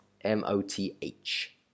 M-O-T-H